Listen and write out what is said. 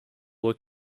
were